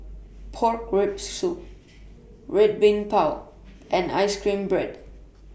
Pork Rib Soup Red Bean Bao and Ice Cream Bread